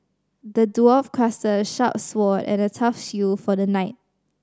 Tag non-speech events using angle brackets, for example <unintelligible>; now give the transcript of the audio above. the dwarf <unintelligible> a sharp sword and a tough shield for the knight